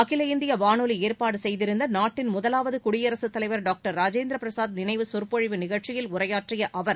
அகில இந்திய வானொலி ஏற்பாடு செய்திருந்த நாட்டின் முதலாவது குடியரசு தலைவர் டாங்டர் ராஜேந்திர பிரசாத் நினைவு சொற்பொழிவு நிகழ்ச்சியில் உரையாற்றிய அவர்